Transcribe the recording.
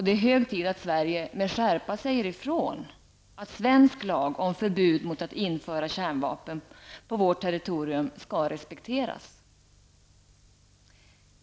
Det är hög tid att Sverige med skärpa säger ifrån att svensk lag om förbud mot att införa kärnvapen på vårt territorium skall respekteras.